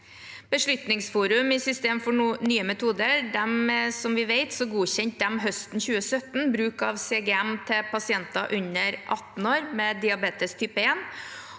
Beslutningsforum i system for nye metoder godkjente, som vi vet, høsten 2017 bruk av CGM til pasienter under 18 år med diabetes type 1.